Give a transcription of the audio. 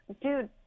Dude